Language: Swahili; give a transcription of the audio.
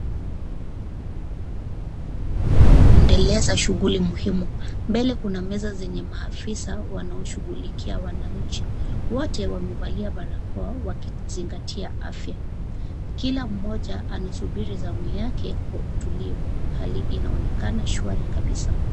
Akiendeleza shughuli muhimu. Mbele kuna meza zenye maafisa wanaoshughulikia wananchi. Wote wamevalia barakoa wakizingatia afya. Kila mmoja anasubiri zamu yake kwa utulivu, hali inaonekana shwari kabisa.